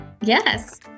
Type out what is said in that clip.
Yes